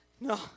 no